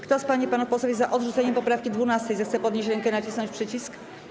Kto z pań i panów posłów jest za odrzuceniem poprawki 12., zechce podnieść rękę i nacisnąć przycisk.